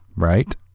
Right